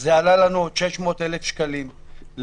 זה עלה לנו עוד 600,000 שקלים לבוחנים,